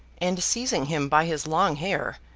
and seizing him by his long hair,